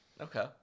Okay